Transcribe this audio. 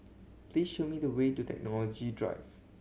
please show me the way to Technology Drive